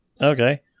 Okay